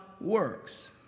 works